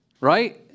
right